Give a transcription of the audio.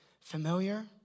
Familiar